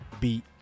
beat